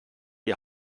die